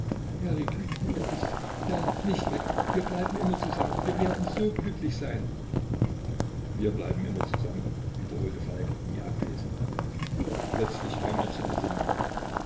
wie gut du bist ja nicht weg wir bleiben immer zusammen wir werden so glücklich sein wir bleiben immer zusammen wiederholte falk wie abwesend plötzlich kam er zur besinnung